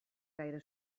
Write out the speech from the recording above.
gaire